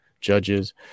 judges